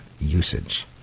usage